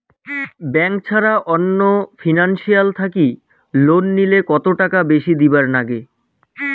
Bank ছাড়া অন্য financial থাকি লোন নিলে কতটাকা বেশি দিবার নাগে?